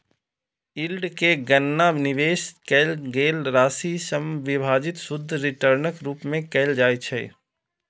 yield के गणना निवेश कैल गेल राशि सं विभाजित शुद्ध रिटर्नक रूप मे कैल जाइ छै